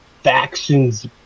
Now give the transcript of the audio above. factions